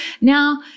Now